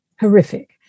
Horrific